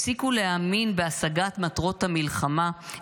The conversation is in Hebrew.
הפסיקו להאמין בהשגת מטרות המלחמה,